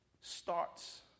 starts